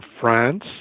France